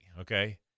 okay